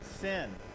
sin